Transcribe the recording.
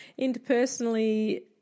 interpersonally